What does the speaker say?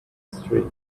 street